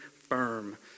firm